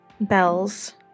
bells